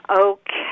Okay